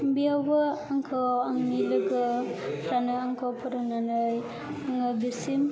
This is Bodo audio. बेयावबो आंखौ आंनि लोगोफोरानो आंखौ फोरोंनानै आङो बेसिम